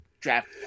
draft